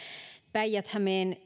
päijät hämeen